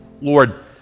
Lord